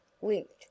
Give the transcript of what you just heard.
winked